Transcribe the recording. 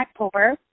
October